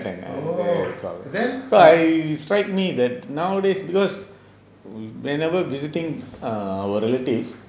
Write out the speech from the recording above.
because it is quite neat that nowadays because whenever visiting err our relatives